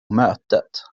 mötet